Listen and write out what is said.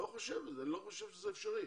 אני לא חושב שזה אפשרי.